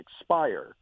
expire